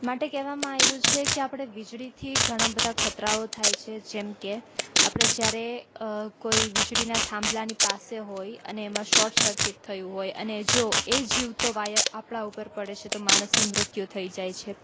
માટે કહેવામાં આવ્યું છે કે આપણે વીજળીથી ઘણા બધા ખતરાઓ થાય છે જેમ કે આપણે જ્યારે કોઈ વીજળીનાં થાંભલાની પાસે હોય અને એમાં શોર્ટ શર્કિટ થયું હોય અને જો એ જીવતો વાયર આપણાં ઉપર પડે છે તો માણસનું મૃત્યુ થઈ જાય છે